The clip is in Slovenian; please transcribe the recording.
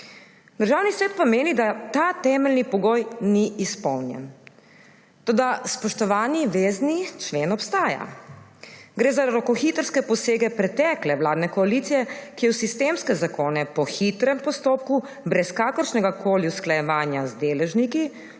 Državni svet pa meni, da ta temeljni pogoj ni izpolnjen. Toda, spoštovani, vezni člen obstaja. Gre za rokohitrske posege pretekle vladne koalicije, ki je v sistemske zakone po hitrem postopku brez kakršnegakoli usklajevanja z deležniki